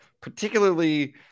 particularly